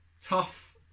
tough